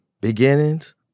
beginnings